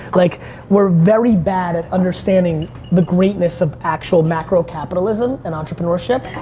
like we're very bad at understanding the greatness of actual macrocapitalism and entrepreneurship.